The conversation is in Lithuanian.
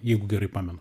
jeigu gerai pamenu